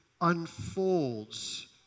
unfolds